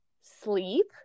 sleep